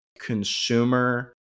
consumer